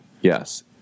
Yes